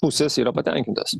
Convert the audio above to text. pusės yra patenkintas